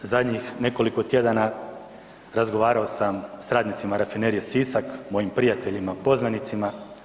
Zadnjih nekoliko tjedana razgovarao sam s radnicima Rafinerije Sisak, mojim prijateljima, poznanicima.